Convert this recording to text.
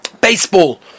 baseball